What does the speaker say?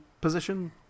position